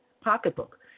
pocketbook